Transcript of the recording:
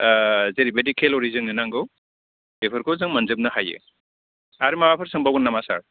जेरैबायदि केल'रि जोंनो नांगौ बेफोरखौ जों मोनजोबनो हायो आरो माबाफोर सोंबावगोन नामा सार